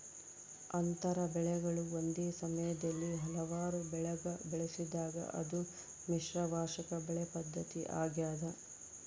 ಅಂತರ ಬೆಳೆಗಳು ಒಂದೇ ಸಮಯದಲ್ಲಿ ಹಲವಾರು ಬೆಳೆಗ ಬೆಳೆಸಿದಾಗ ಅದು ಮಿಶ್ರ ವಾರ್ಷಿಕ ಬೆಳೆ ಪದ್ಧತಿ ಆಗ್ಯದ